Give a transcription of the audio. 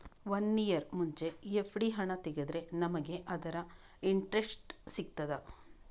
One year ಮುಂಚೆ FD ಹಣ ತೆಗೆದ್ರೆ ನಮಗೆ ಅದರ ಇಂಟ್ರೆಸ್ಟ್ ಸಿಗ್ತದ?